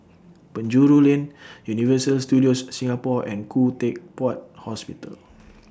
Penjuru Lane Universal Studios Singapore and Khoo Teck Puat Hospital